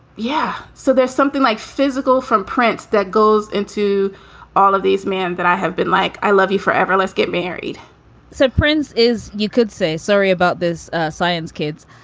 yeah. so there's something like physical from prince that goes into all of these men that i have been like i love you forever, let's get married so prince is you could say sorry about this science kids,